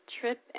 trip